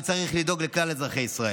אבל צריך לדאוג לכלל אזרחי ישראל.